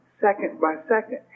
second-by-second